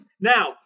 now